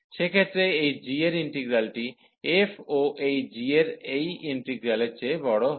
সেক্ষেত্রে এই g এর ইন্টিগ্রালটি f ও এই g এর এই ইন্টিগ্রালের চেয়ে বড় হবে